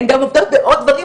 הן גם עובדות בעוד דברים,